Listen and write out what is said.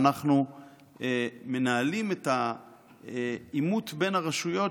ואנחנו מנהלים את העימות בין הרשויות.